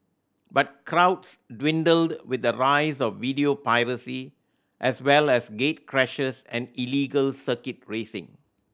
but crowds dwindled with the rise of video piracy as well as gatecrashers and illegal circuit racing